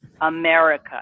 America